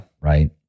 Right